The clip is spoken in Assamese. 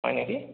হয় নেকি